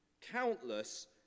countless